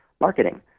Marketing